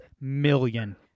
million